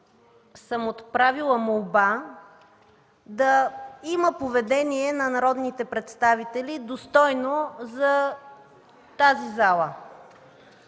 ...съм отправила молба да има поведение на народните представители достойно за тази зала.